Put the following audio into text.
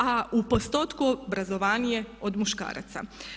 A u postotku obrazovanije su od muškaraca.